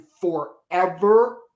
forever